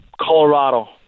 Colorado